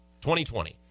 2020